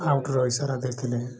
ଆଉଟ୍ର ଇସାରା ଦେଇଥିଲେ